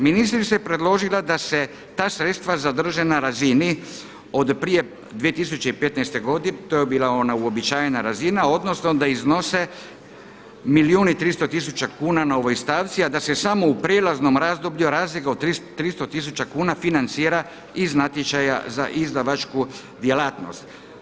Ministrica je predložila da se ta sredstva zadrže na razini od prije 2015. godine to je bila ona uobičajena razina, odnosno da iznose milijun i 300 tisuća kuna na ovoj stavci, a da se samo u prijelaznom razdoblju razlika od 300 tisuća kuna financira iz natječaja za izdavačku djelatnost.